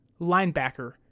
linebacker